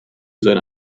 seine